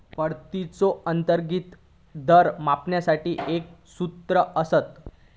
परताव्याचो अंतर्गत दर मापनासाठी एक सूत्र असता